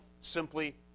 simply